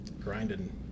grinding